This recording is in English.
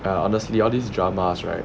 ya honestly all these dramas right